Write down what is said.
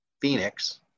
Phoenix